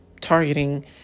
targeting